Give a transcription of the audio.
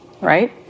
right